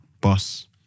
Boss